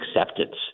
acceptance